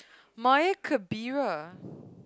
Maya-Khabira